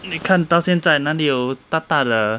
你看到现在哪里有大大的